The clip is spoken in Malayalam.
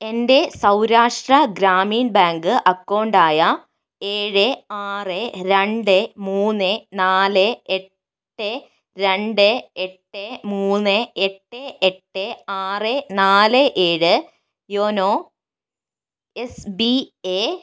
എൻ്റെ സൗരാഷ്ട്ര ഗ്രാമീൺ ബാങ്ക് അക്കൗണ്ട് ആയ ഏഴ് ആറ് രണ്ട് മൂന്ന് നാല് എട്ട് രണ്ട് എട്ട് മൂന്ന് എട്ട് എട്ട് ആറ് നാല് ഏഴ് യോനോ എസ് ബി എ